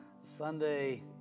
Sunday